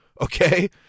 Okay